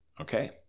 Okay